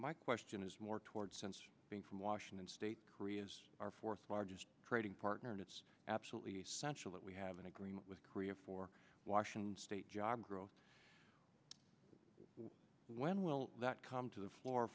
my question is more toward since being from washington state korea's our fourth largest trading partner and it's absolutely essential that we have an agreement with korea for washington state job growth when will that come to the floor